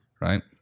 right